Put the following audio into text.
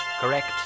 Correct